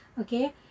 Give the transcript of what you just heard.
Okay